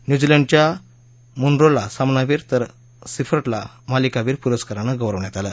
न्यूझीलंडच्या मुन्रोला सामनावीर तर सिफर्टला मालिकावीर पुरस्कारानं गौरवण्यात आलं